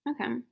okay